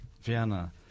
Vienna